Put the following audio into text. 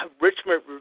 Richmond